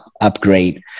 upgrade